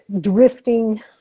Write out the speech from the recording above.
drifting